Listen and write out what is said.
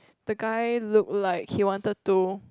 the guy look like he wanted to